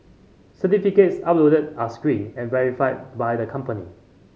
certificates uploaded are screened and verified by the company